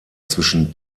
zwischen